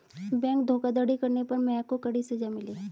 bank धोखाधड़ी करने पर महक को कड़ी सजा मिली